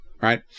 Right